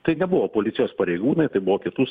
tai nebuvo policijos pareigūnai tai buvo kitų